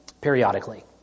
periodically